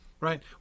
Right